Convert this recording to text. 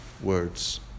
words